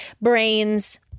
Brains